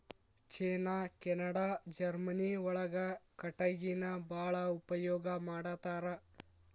ಚೇನಾ Canada Germany ಒಳಗ ಕಟಗಿನ ಬಾಳ ಉಪಯೋಗಾ ಮಾಡತಾರ